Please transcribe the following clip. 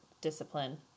discipline